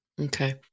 Okay